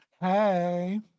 Hey